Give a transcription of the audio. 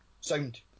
sound